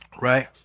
Right